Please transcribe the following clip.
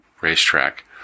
racetrack